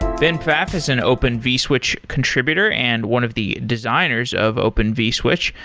ben pfaff is an open vswitch contributor and one of the designers of open vswitch.